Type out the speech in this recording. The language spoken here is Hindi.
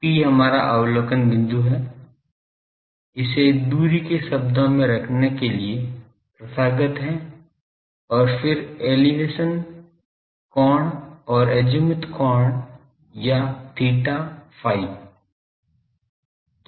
P हमारा अवलोकन बिंदु यह है इसे दूरी के शब्दों में रखने के लिए प्रथागत है और फिर एलिवेशन कोण और अज़ीमुथ कोण या theta phi